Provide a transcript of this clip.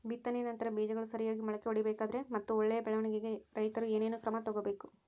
ಬಿತ್ತನೆಯ ನಂತರ ಬೇಜಗಳು ಸರಿಯಾಗಿ ಮೊಳಕೆ ಒಡಿಬೇಕಾದರೆ ಮತ್ತು ಒಳ್ಳೆಯ ಬೆಳವಣಿಗೆಗೆ ರೈತರು ಏನೇನು ಕ್ರಮ ತಗೋಬೇಕು?